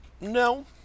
No